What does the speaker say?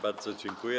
Bardzo dziękuję.